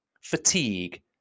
Fatigue